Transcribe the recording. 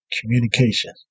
Communication